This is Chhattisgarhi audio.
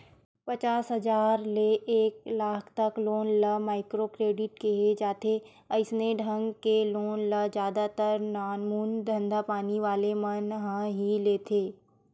पचास हजार ले एक लाख तक लोन ल माइक्रो क्रेडिट केहे जाथे अइसन ढंग के लोन ल जादा तर नानमून धंधापानी वाले मन ह ही लेथे